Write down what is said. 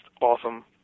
awesome